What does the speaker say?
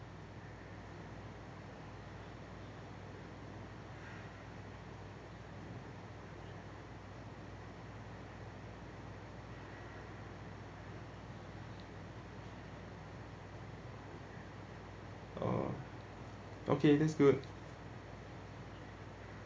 orh okay that's good